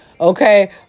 Okay